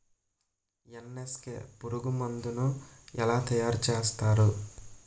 NSK పురుగు మందు ను ఎలా తయారు చేస్తారు?